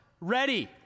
ready